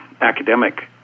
academic